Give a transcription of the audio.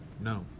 No